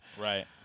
Right